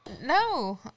No